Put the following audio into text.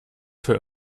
für